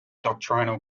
doctrinal